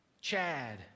Chad